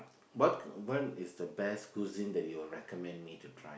what one is the best cuisine that you will recommend me to try